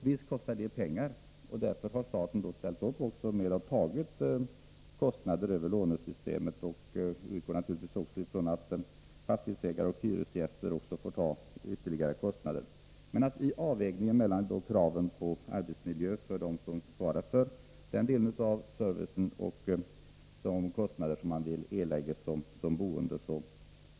Visst kostar det pengar, och därför har staten ställt upp och tagit kostnader över lånesystemet. Vi utgår naturligtvis också ifrån att även fastighetsägare och hyresgäster får ta på sig ytterligare kostnader, men det var en riktig avvägning som gjordes mellan kraven på god arbetsmiljö för dem som svarar för sophämtningsservicen och de kostnader som man vill erlägga som boende.